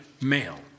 male